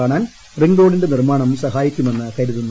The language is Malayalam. കാണാൻ റിംഗ് റോഡിന്റെ നിർമ്മാണം സഹായിക്കുമെന്ന് കരുതുന്നു